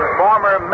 former